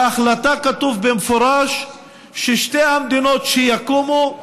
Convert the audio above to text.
בהחלטה כתוב במפורש ששתי המדינות שיקומו,